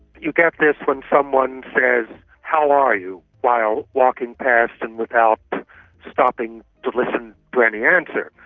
you get this when someone says, how are you while walking past and without stopping to listen to any answer.